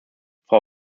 frau